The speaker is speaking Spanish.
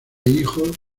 hijo